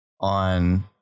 on